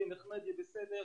יהיה נחמד, יהיה בסדר.